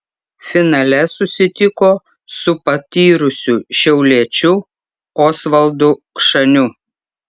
finale susitiko su patyrusiu šiauliečiu osvaldu kšaniu